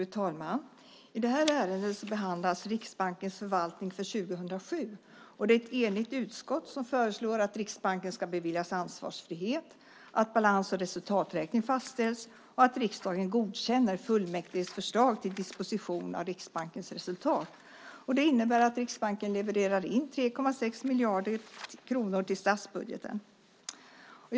Fru talman! I detta ärende behandlas Riksbankens förvaltning för 2007. Det är ett enigt utskott som föreslår att Riksbanken ska beviljas ansvarsfrihet, att balans och resultaträkning fastställs och att riksdagen godkänner fullmäktiges förslag till disposition av Riksbankens resultat. Det innebär att Riksbanken levererar in 3,6 miljarder kronor till statsbudgeten.